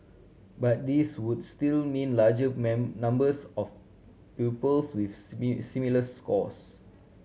but these would still mean larger numbers of pupils with similar scores